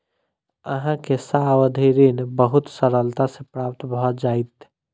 अहाँ के सावधि ऋण बहुत सरलता सॅ प्राप्त भ जाइत